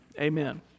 Amen